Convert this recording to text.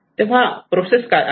तेव्हा प्रोसेस काय आहे